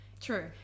True